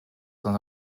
sans